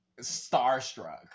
starstruck